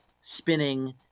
spinning